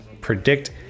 predict